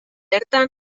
bertan